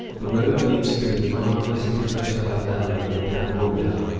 the road leads through the marvellously fertile valley of the dammoodah,